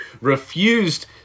refused